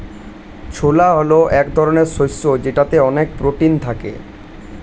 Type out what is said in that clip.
ছোলা হল এক ধরনের শস্য যেটাতে অনেক প্রোটিন থাকে